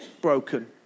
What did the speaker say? broken